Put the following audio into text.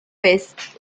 vez